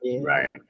Right